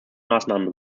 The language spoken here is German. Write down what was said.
maßnahmen